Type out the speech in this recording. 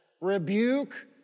rebuke